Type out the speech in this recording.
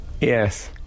Yes